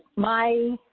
my,